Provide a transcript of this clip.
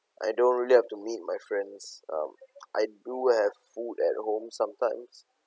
I don't really have to meet my friends um I do have food at home sometimes